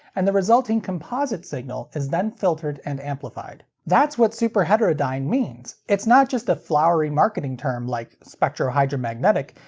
and the resulting composite signal is then filtered and amplified. that's what superheterodyne means it's not just a flowery marketing term like spectrohydramagnetic,